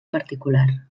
particular